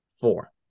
Four